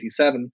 1987